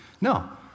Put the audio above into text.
No